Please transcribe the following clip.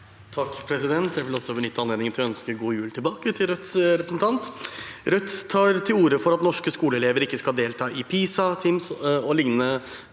(FrP) Jeg vil benytte anledningen til å ønske god jul tilbake til Rødts representant. Rødt tar til orde for at norske skoleelever ikke skal delta i PISA, TIMSS og lignende